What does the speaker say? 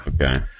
Okay